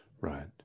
right